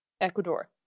Ecuador